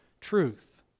truth